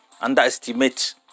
underestimate